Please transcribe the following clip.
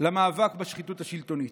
למאבק בשחיתות השלטונית.